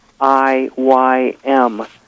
IYM